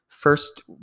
first